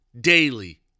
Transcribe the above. daily